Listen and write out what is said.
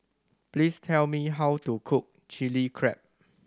please tell me how to cook Chili Crab